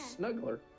snuggler